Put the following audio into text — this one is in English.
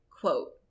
Quote